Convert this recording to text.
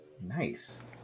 Nice